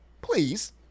Please